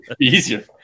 Easier